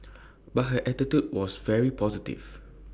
but her attitude was very positive